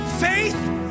Faith